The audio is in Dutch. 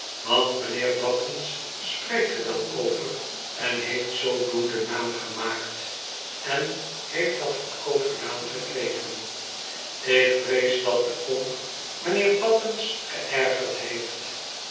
want m'nheer battens spreekt er wel over en heeft zoodoende naam gemaakt en heeft dat goedkoop gedaan gekregen ik vrees dat de pomp m'nheer battens geërgerd heeft